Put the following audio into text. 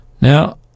Now